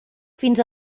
fins